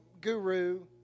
guru